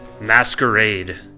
Masquerade